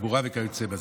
התחבורה וכיוצא באלה.